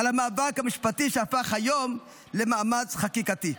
על המאבק המשפטי שהפך היום למאמץ חקיקתי,